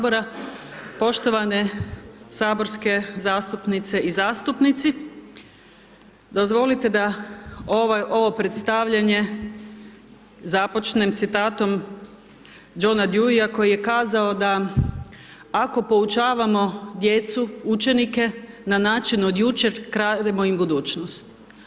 Poštovane saborske zastupnice i zastupnici, dozvolite da ovo predstavljanje započnem citatom Johna Djuia koji je kazao da ako poučavamo djecu, učenike, na način od jučer, krademo im budućnost.